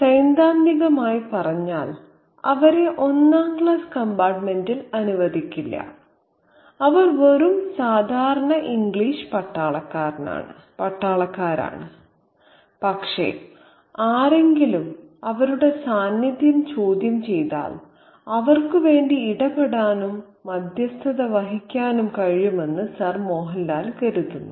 സൈദ്ധാന്തികമായി പറഞ്ഞാൽ അവരെ ഒന്നാം ക്ലാസ് കമ്പാർട്ടുമെന്റിൽ അനുവദിക്കില്ല അവർ വെറും സാധാരണ ഇംഗ്ലീഷ് പട്ടാളക്കാരാണ് പക്ഷേ ആരെങ്കിലും അവരുടെ സാന്നിദ്ധ്യം ചോദ്യം ചെയ്താൽ അവർക്കുവേണ്ടി ഇടപെടാനും മധ്യസ്ഥത വഹിക്കാനും കഴിയുമെന്ന് സർ മോഹൻലാൽ കരുതുന്നു